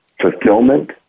fulfillment